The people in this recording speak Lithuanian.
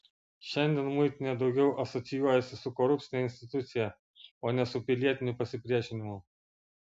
šiandien muitinė daugiau asocijuojasi su korupcine institucija o ne su pilietiniu pasipriešinimu